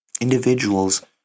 individuals